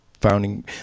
founding